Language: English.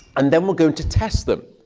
and then we're going to test them